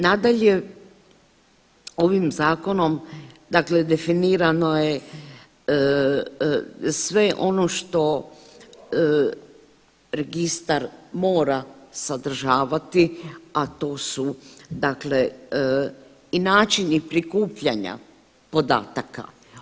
Nadalje, ovim zakonom dakle definirano je sve ono što registar mora sadržavati, a to su dakle i načini prikupljanja podataka.